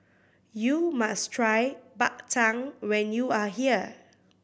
you must try Bak Chang when you are here